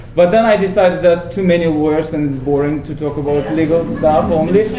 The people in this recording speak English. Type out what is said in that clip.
but then i decided that's too many words, and it's boring to talk about legal stuff only.